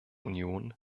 union